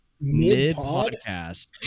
Mid-podcast